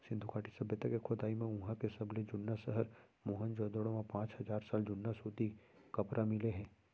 सिंधु घाटी सभ्यता के खोदई म उहां के सबले जुन्ना सहर मोहनजोदड़ो म पांच हजार साल जुन्ना सूती कपरा मिले हे